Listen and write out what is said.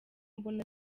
mbona